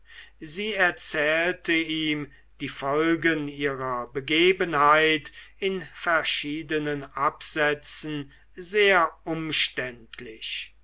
sie erzählte ihm die folgen ihrer begebenheit in verschiedenen absätzen sehr umständlich